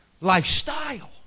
lifestyle